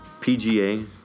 PGA